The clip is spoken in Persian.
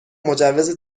مجوز